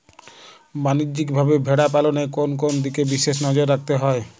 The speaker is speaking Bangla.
বাণিজ্যিকভাবে ভেড়া পালনে কোন কোন দিকে বিশেষ নজর রাখতে হয়?